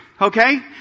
Okay